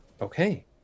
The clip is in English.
Okay